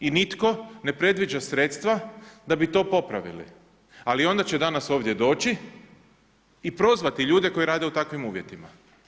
I nitko ne predviđa sredstva da bi to popravili, ali onda će danas ovdje doći i prozvati ljude koji rade u takvim uvjetima.